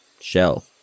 Shell